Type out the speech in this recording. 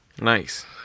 Nice